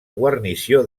guarnició